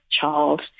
child